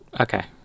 Okay